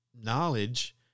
knowledge